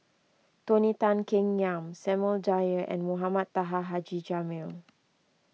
Tony Tan Keng Yam Samuel Dyer and Mohamed Taha Haji Jamil